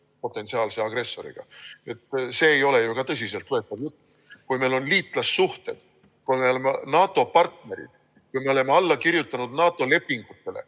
potentsiaalse agressoriga. See ei ole ju ka tõsiseltvõetav jutt. Kui meil on liitlassuhted, kui me oleme NATO partnerid, kui me oleme alla kirjutanud NATO lepingutele